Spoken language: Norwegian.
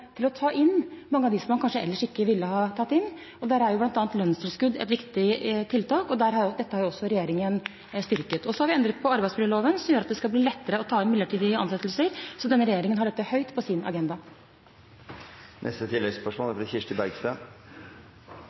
å ta inn mange av dem som man kanskje ellers ikke ville tatt inn. Der er bl.a. lønnstilskudd et viktig tiltak, og dette har også regjeringen styrket. Så har vi endret på arbeidsmiljøloven, som gjør at det skal bli lettere med midlertidige ansettelser – så denne regjeringen har dette høyt på sin agenda. Kirsti Bergstø – til oppfølgingsspørsmål. Arbeidsløshet er